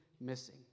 missing